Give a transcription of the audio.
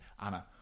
Anna